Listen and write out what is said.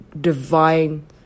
divine